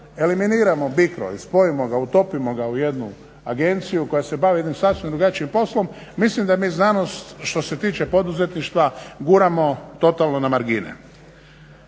eliminiramo BICRO i spojimo ga, utopimo ga u jednu agenciju koja se bavi jednim sasvim drugačijim poslom mislim da mi znanost što se tiče poduzetništva guramo totalno na margine.